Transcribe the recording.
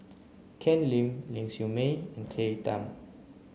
Ken Lim Ling Siew May and Claire Tham